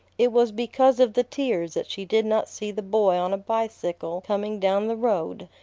it was because of the tears that she did not see the boy on a bicycle coming down the road,